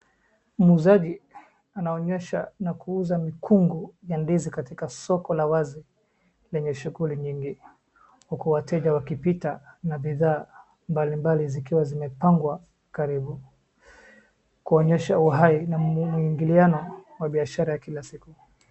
Muuzaji anaonyesha na kuuza mikungu ya ndizi katika soko ya wazi lenye shuguli nyingi. Huku wateja wakipita na bidhaa mbalimbali zikiwa zimepangwa karibu kuonyesha uhai na muingiliano wa biashara ya kila siku.